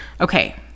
Okay